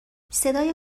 صدای